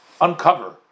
uncover